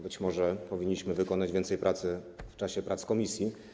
Być może powinniśmy wykonać więcej pracy w czasie prac komisji.